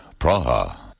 Praha